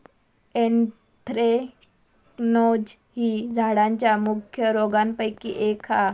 anthracnose ही झाडांच्या मुख्य रोगांपैकी एक हा